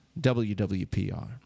WWPR